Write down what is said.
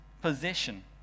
Possession